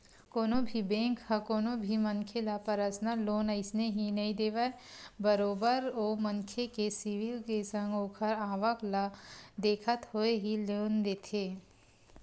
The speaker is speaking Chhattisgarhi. कोनो भी बेंक ह कोनो भी मनखे ल परसनल लोन अइसने ही नइ देवय बरोबर ओ मनखे के सिविल के संग ओखर आवक ल देखत होय ही लोन देथे